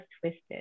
twisted